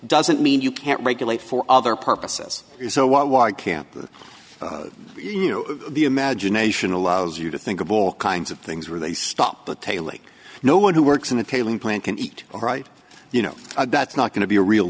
doesn't mean you can't regulate for other purposes so what why can't the imagination allows you to think of all kinds of things where they stop the tailings no one who works in a failing plant can eat right you know that's not going to be a real